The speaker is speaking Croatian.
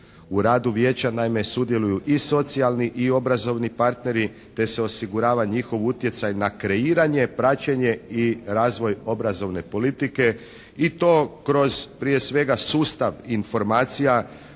U radu Vijeća naime sudjeluju i socijalni i obrazovni partneri te se osigurava njihov utjecaj na kreiranje, praćenje i razvoj obrazovne politike i to kroz prije svega sustav informacija